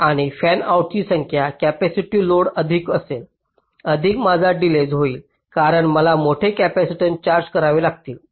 आणि फॅनआउट्सची संख्या कॅपेसिटिव लोड अधिक असेल अधिक माझा डिलेज होईल कारण मला मोठे कॅपेसिटर चार्ज करावे लागतील